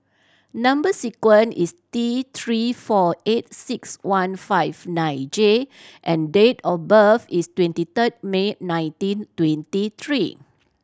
number sequence is T Three four eight six one five nine J and date of birth is twenty third May nineteen twenty three